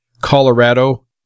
Colorado